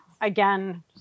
Again